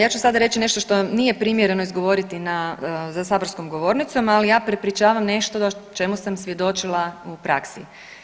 Ja ću sada reći nešto što nije primjereno izgovoriti za saborskom govornicom ali ja prepričavam nešto o čemu sam svjedočila u praksi.